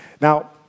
Now